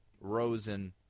Rosen